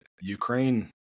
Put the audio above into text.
Ukraine